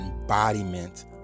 embodiment